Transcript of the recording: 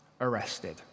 arrested